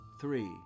Three